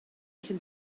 cyn